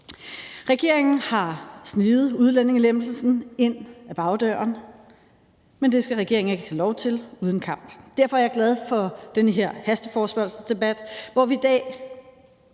Regeringen har sneget udlændingelempelsen ind ad bagdøren, men det skal regeringen ikke have lov til uden kamp. Derfor er jeg glad for den her hasteforespørgselsdebat, hvor vi i dag